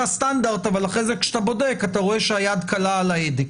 סטנדרט אבל אחרי זה כשאתה בודק אתה רואה שהיד קלה על ההדק.